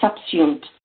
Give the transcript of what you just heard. subsumed